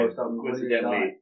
Coincidentally